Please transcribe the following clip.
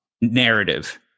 narrative